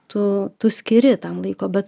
tu tu skiri tam laiko bet